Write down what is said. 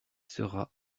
sera